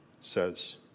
says